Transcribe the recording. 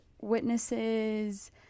witnesses